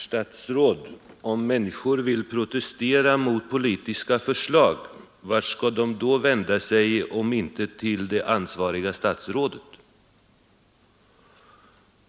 Fru talman! Om människor vill protestera mot politiska förslag, vart skall de då vända sig om inte till det ansvariga statsrådet?